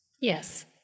Yes